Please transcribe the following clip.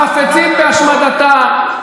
החפצים בהשמדתה.